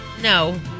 No